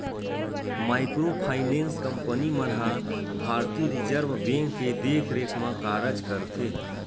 micro finance company मन ह भारतीय रिजर्व बेंक के देखरेख म कारज करथे